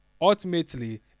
Ultimately